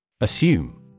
Assume